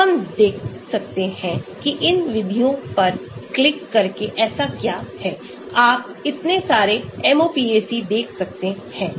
तो हम यह देख सकते हैं कि इन विधियों पर क्लिक करके ऐसा क्या है आप इतने सारे MOPAC देख सकते हैं